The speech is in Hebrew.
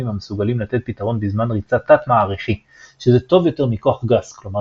המסוגלים לתת פתרון בזמן ריצה תת-מעריכי שזה טוב יותר מכוח גס כלומר